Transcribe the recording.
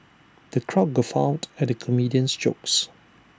the crowd guffawed at the comedian's jokes